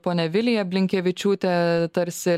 ponia vilija blinkevičiūtė tarsi